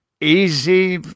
easy